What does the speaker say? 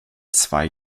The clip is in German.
zwei